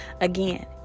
Again